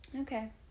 Okay